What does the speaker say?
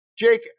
Jake